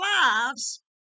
lives